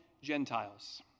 Gentiles